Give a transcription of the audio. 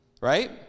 Right